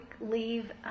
leave